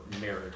marriage